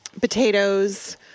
potatoes